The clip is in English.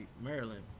Maryland